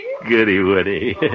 Goody-woody